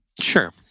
Sure